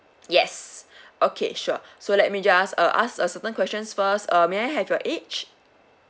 yes okay sure so let me just uh ask a certain questions first uh may I have your age